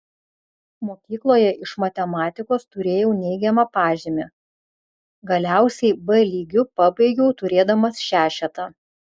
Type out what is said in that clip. mokykloje iš matematikos turėjau neigiamą pažymį galiausiai b lygiu pabaigiau turėdamas šešetą